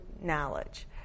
knowledge